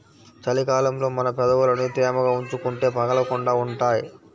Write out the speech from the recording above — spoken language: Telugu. చలి కాలంలో మన పెదవులని తేమగా ఉంచుకుంటే పగలకుండా ఉంటాయ్